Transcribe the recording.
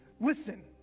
Listen